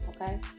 Okay